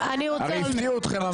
הרי יושב-ראש הכנסת אמר: הפתיעו אתכם.